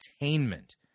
entertainment